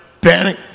panic